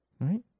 Right